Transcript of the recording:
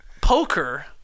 poker